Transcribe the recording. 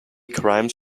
crimes